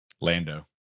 lando